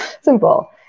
Simple